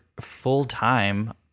full-time